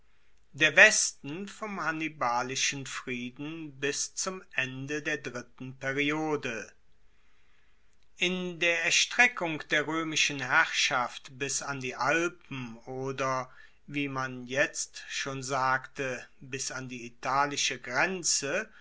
der westen vom hannibalischen frieden bis zum ende der dritten periode in der erstreckung der roemischen herrschaft bis an die alpen oder wie man jetzt schon sagte bis an die italische grenze